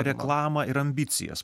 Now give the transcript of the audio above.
reklamą ir ambicijas